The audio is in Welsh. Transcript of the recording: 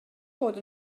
bod